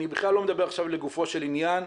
אני בכלל לא מדבר עכשיו לגופו של עניין,